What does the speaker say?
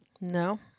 No